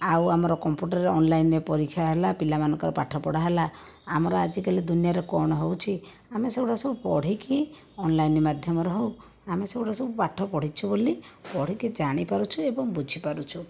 ଆଉ ଆମର କମ୍ପୁଟରରେ ଅନ୍ଲାଇନ୍ରେ ପରୀକ୍ଷା ହେଲା ପିଲାମାନଙ୍କର ପାଠପଢ଼ା ହେଲା ଆମର ଆଜିକାଲି ଦୁନିଆରେ କଣ ହେଉଛି ଆମେ ସେଗୁଡ଼ା ସବୁ ପଢ଼ିକି ଅନ୍ଲାଇନ୍ ମାଧ୍ୟମରେ ହେଉ ଆମେ ସେଗୁଡ଼ା ସବୁ ପାଠ ପଢ଼ିଛୁ ବୋଲି ପଢ଼ିକି ଜାଣି ପାରୁଛୁ ଏବଂ ବୁଝି ପାରୁଛୁ